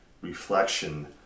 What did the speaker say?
reflection